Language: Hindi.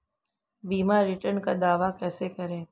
बीमा रिटर्न का दावा कैसे करें?